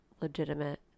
legitimate